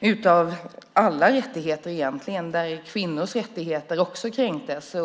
egentligen alla rättigheter där kvinnors rättigheter också kränktes.